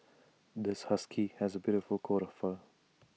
this husky has A beautiful coat of fur